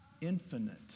infinite